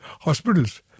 hospitals